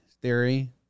theory